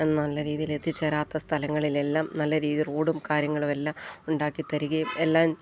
നല്ല രീതിയിൽ എത്തിച്ചേരാത്ത സ്ഥലങ്ങളിലെല്ലാം നല്ല രീതിയില് റോഡും കാര്യങ്ങളുമെല്ലാം ഉണ്ടാക്കിത്തരികയും എല്ലാം